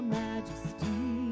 majesty